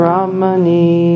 Ramani